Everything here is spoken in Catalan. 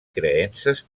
creences